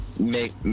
make